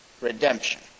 redemption